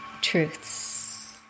truths